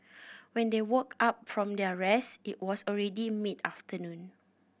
when they woke up from their rest it was already mid afternoon